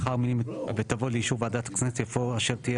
לאחר המילים 'ותבוא לאישור ועדת הכנסת' יבוא 'אשר תהיה